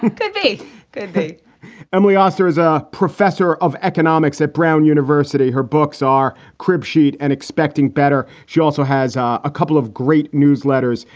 could be good and we ask there is a professor of economics at brown university. her books are crib sheet and expecting better. she also has a couple of great newsletters.